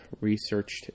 researched